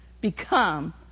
become